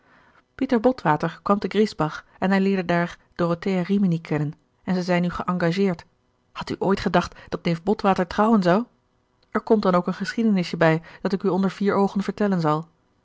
pieter botwater kwam te griesbach en hij leerde daar dorothea rimini kennen en zij zijn nu geëngageerd had u ooit gedacht dat neef botwater trouwen zou er komt gerard keller het testament van mevrouw de tonnette dan ook een geschiedenisje bij dat ik u onder vier oogen vertellen zal